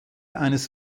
eines